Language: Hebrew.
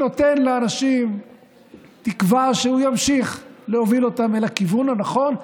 שנותן לאנשים תקווה שהוא ימשיך להוביל אותם אל הכיוון הנכון,